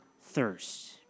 thirst